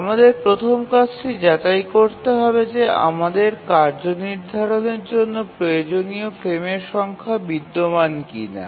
আমাদের প্রথম কাজটি যাচাই করতে হবে যে আমাদের কার্য নির্ধারণের জন্য প্রয়োজনীয় ফ্রেমের সংখ্যা বিদ্যমান কিনা